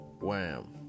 wham